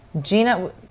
Gina